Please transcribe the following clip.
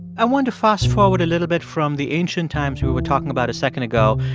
i wanted to fast-forward a little bit from the ancient times we were were talking about a second ago.